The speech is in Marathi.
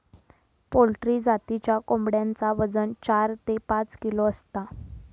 पोल्ट्री जातीच्या कोंबड्यांचा वजन चार ते पाच किलो असता